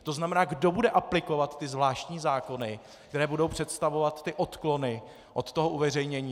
To znamená, kdo bude aplikovat zvláštní zákony, které budou představovat odklony od toho uveřejnění?